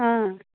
অঁ